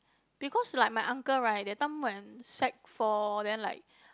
because like my uncle right that time when sec four then like